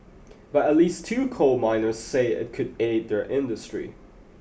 but at least two coal miners say it could aid their industry